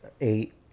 Eight